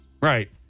Right